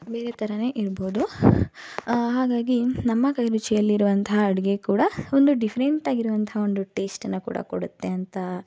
ಬೇರೆ ಥರನೇ ಇರ್ಬೋದು ಹಾಗಾಗಿ ನಮ್ಮ ಕೈರುಚಿಯಲ್ಲಿ ಇರುವಂತಹ ಅಡುಗೆ ಕೂಡ ಒಂದು ಡಿಫ್ರೆಂಟಾಗಿ ಇರುವಂಥ ಒಂದು ಟೇಶ್ಟನ್ನು ಕೂಡ ಕೊಡುತ್ತೆ ಅಂತ